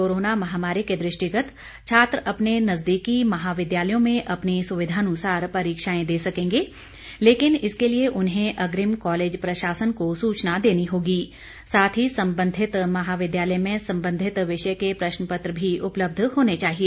corona महामारी के दृष्टिगत छात्र अपने नजदीकी महाविद्यालयों में अपनी सुविधानुसार परीक्षाएं दे सकेंगे लेकिन इसके लिए उन्हें अग्रिम कॉलेज प्रशासन को सूचना देनी होगी साथ ही संबंधित महाविद्यालय में संबंधित विषय के प्रश्नपत्र भी उपलब्ध होने चाहिए